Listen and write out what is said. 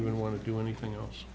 even want to do anything else